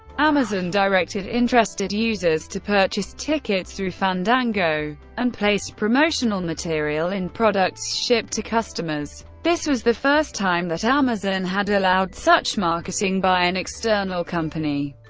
amazon directed interested users to purchase tickets through fandango, and placed promotional material in products shipped to customers this was the first time that amazon amazon had allowed such marketing by an external company.